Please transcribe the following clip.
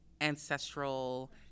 ancestral